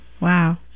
Wow